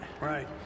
Right